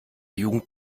jugend